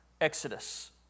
exodus